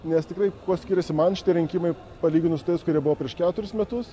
nes tikrai kuo skiriasi man šitie rinkimai palyginus su tais kurie buvo prieš keturis metus